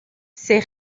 ses